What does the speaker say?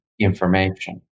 information